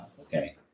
okay